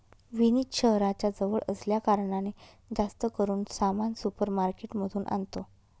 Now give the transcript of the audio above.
विनीत शहराच्या जवळ असल्या कारणाने, जास्त करून सामान सुपर मार्केट मधून आणतो